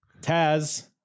Taz